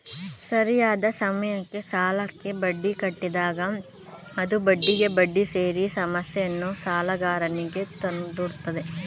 ಸರಿಯಾದ ಸಮಯಕ್ಕೆ ಸಾಲಕ್ಕೆ ಬಡ್ಡಿ ಕಟ್ಟಿದಾಗ ಅದು ಬಡ್ಡಿಗೆ ಬಡ್ಡಿ ಸೇರಿ ಸಮಸ್ಯೆಯನ್ನು ಸಾಲಗಾರನಿಗೆ ತಂದೊಡ್ಡುತ್ತದೆ